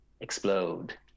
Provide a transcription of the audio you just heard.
explode